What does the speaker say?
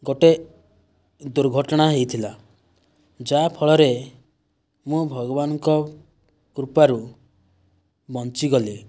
ଗୋଟିଏ ଦୁର୍ଘଟଣା ହୋଇଥିଲା ଯାହାଫଳରେ ମୁଁ ଭଗବାନଙ୍କ କୃପାରୁ ବଞ୍ଚିଗଲି